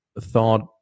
thought